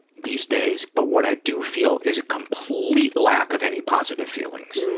these days. but what i do feel is complete lack of any positive feelings.